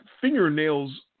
fingernails